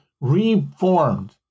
reformed